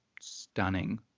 stunning